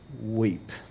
weep